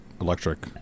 electric